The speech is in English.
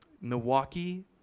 Milwaukee